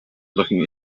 looking